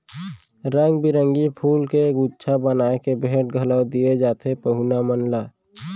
रंग बिरंगी फूल के गुच्छा बना के भेंट घलौ दिये जाथे पहुना मन ला